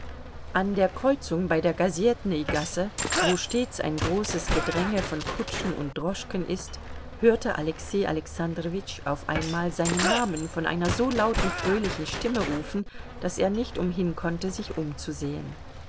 an der kreuzung bei der gasetnü gasse wo stets ein großes gedränge von kutschen und droschken ist hörte alexei alexandrowitsch auf einmal seinen namen von einer so lauten fröhlichen stimme rufen daß er nicht umhinkonnte sich umzusehen